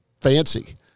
fancy